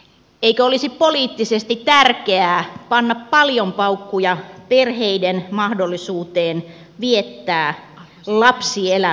eikö olisi poliittisesti tärkeää panna paljon paukkuja perheiden mahdollisuuteen viettää lapsielämää